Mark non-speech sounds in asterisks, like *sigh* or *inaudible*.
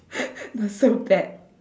*laughs* not so bad